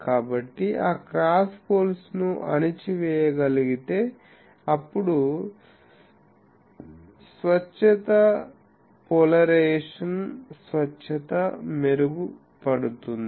కాబట్టి ఆ cross poles ను అణచివేయగలిగితే అప్పుడు స్వచ్ఛత పోలరైజేషన్ స్వచ్ఛత మెరుగుపడుతుంది